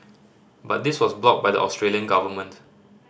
but this was blocked by the Australian government